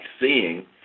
seeing